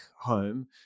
home